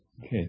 Okay